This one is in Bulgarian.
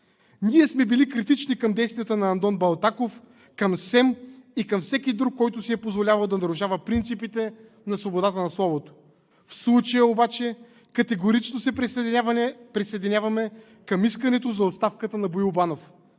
Ние сме били критични към действията на Андон Балтаков, към СЕМ и към всеки друг, който си е позволявал да нарушава принципите на свободата на словото. В случая обаче категорично се присъединяваме към искането за оставката на Боил Банов.